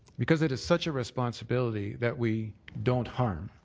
because it is such a responsibility that we don't harm,